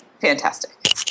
fantastic